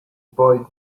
boy